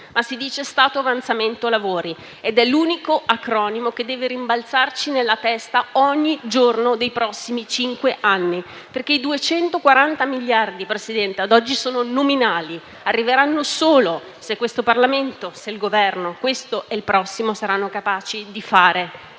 significa stato avanzamento lavori. Questo è l'unico acronimo che deve rimbalzarci nella testa ogni giorno dei prossimi cinque anni. Presidente, i 240 miliardi ad oggi sono nominali; arriveranno solo se questo Parlamento e il Governo - questo e il prossimo - saranno capaci di fare